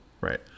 Right